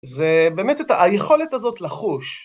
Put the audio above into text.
זה באמת את היכולת הזאת לחוש.